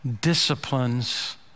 disciplines